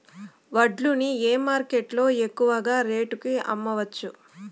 వడ్లు ని ఏ మార్కెట్ లో ఎక్కువగా రేటు కి అమ్మవచ్చు?